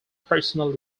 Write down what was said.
personal